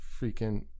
freaking